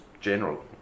general